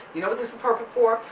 you know what this is perfect for?